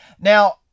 Now